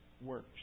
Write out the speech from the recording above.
works